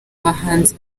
abahanzi